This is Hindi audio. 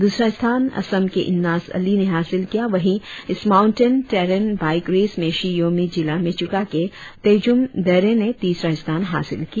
दुसरा स्थान असम के इन्नास अली ने हासिल किया वही इस माऊनटेन टेरेन बाइक रेस में शी योमी जिला मेचुका के तजुम देरे ने तीसरा स्थान हासिल किया